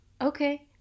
Okay